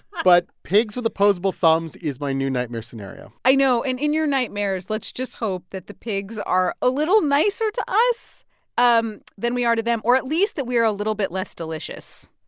but pigs with opposable thumbs is my new nightmare scenario i know, and in your nightmares, let's just hope that the pigs are a little nicer to us um than we are to them or at least that we are a little bit less delicious.